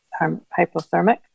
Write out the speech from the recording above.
hypothermic